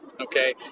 okay